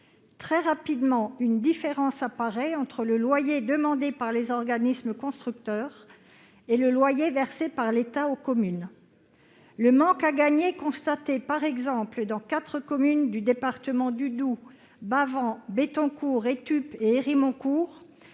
Très rapidement, une différence apparaît entre le loyer demandé par les organismes constructeurs et le loyer versé par l'État aux communes. Le manque à gagner constaté, par exemple, dans quatre communes du département du Doubs, Bavans, Bethoncourt, Étupes et Hérimoncourt,